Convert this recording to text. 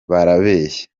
barabeshya